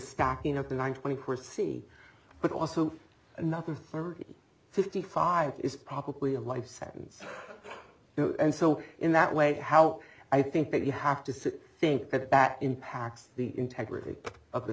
stacking up to one twenty four c but also another thirty fifty five is probably a life sentence and so in that way how i think that you have to think that that impacts the integrity of the